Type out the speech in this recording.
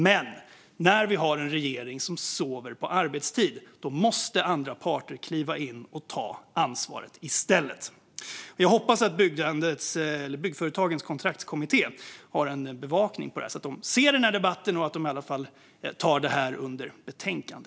Men när vi har en regering som sover på arbetstid måste andra parter kliva in och ta ansvaret i stället. Jag hoppas att Byggandets Kontraktskommitté har en bevakning på detta så att de ser den här debatten och i alla fall tar detta under betänkande.